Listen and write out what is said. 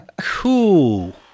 cool